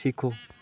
सीखो